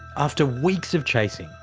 after weeks of chasing.